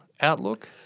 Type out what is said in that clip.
outlook